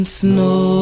snow